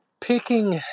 Picking